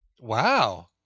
Wow